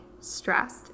stressed